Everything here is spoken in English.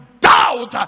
doubt